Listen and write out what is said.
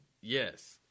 yes